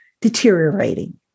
deteriorating